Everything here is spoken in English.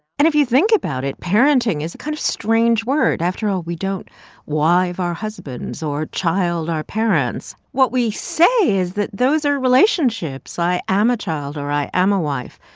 and if you think about it, parenting is a kind of strange word. after all, we don't wife our husbands or child our parents. what we say is that those are relationships. i am a child, or i am a wife.